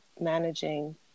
managing